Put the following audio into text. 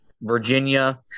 Virginia